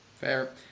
Fair